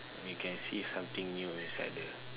you can see something new inside there